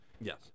Yes